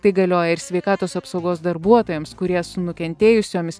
tai galioja ir sveikatos apsaugos darbuotojams kurie su nukentėjusiomis